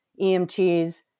EMTs